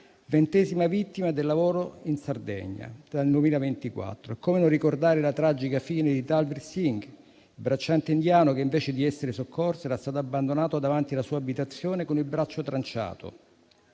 ventesima vittima sul lavoro in Sardegna nel 2024. Come non ricordare la tragica fine di Satnam Singh, bracciante indiano che, invece di essere soccorso, era stato abbandonato davanti alla sua abitazione con il braccio tranciato,